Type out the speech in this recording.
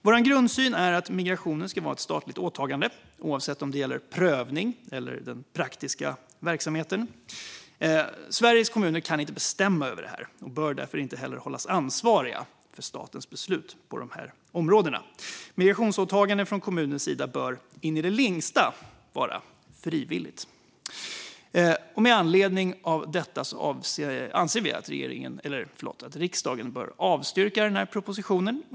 Vår grundsyn är att migrationen ska vara ett statligt åtagande, oavsett om det gäller prövning eller den praktiska verksamheten. Sveriges kommuner kan inte bestämma över det här och bör därför inte heller hållas ansvariga för statens beslut på dessa områden. Migrationsåtaganden från kommunernas sida bör i det längsta vara frivilliga. Med anledning av detta anser vi att riksdagen bör avstyrka den här propositionen.